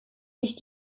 nicht